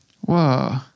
Whoa